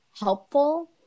helpful